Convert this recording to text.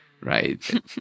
Right